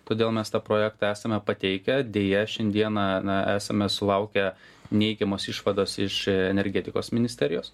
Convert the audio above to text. todėl mes tą projektą esame pateikę deja šiandieną na esame sulaukę neigiamos išvados iš energetikos ministerijos